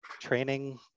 training